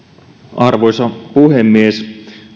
arvoisa puhemies